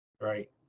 right